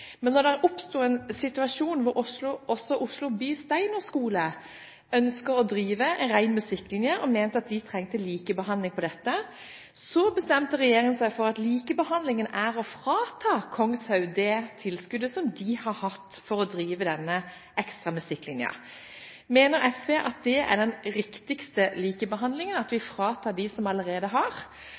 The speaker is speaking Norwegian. Men da det oppsto en situasjon hvor også Oslo by steinerskole ønsket å drive en ren musikklinje og mente at de trengte likebehandling her, bestemte regjeringen seg for at likebehandlingen er å frata Kongshaug det tilskuddet som de har hatt for å drive denne ekstra musikklinjen. Mener SV at det er den riktigste likebehandlingen, at vi fratar dem som allerede har?